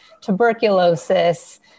tuberculosis